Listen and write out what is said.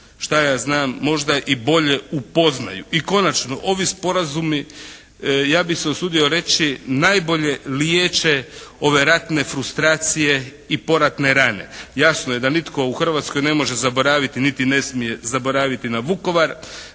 šta ja znam možda i bolje upoznaju. I konačno, ovi sporazumi ja bih se usudio reći najbolje liječe ove ratne frustracije i poratne rane. Jasno je da nitko u Hrvatskoj ne može zaboraviti niti ne smije zaboraviti na Vukovar,